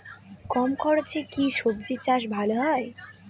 কম খরচে কি সবজি চাষ ভালো হয়?